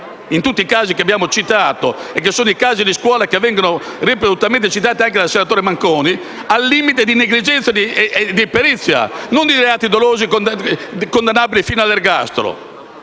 in tutti i casi che abbiamo citato (che sono i casi di scuola che vengono ripetutamente citati anche dal senatore Manconi), al limite della negligenza e dell'imperizia, non di reati dolosi condannabili fino all'ergastolo.